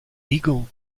eagle